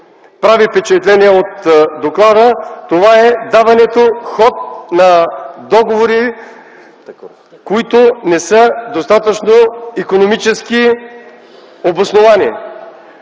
прави впечатлениe от доклада, това е даването ход на договори, които не са достатъчно икономически обосновани.